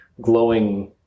glowing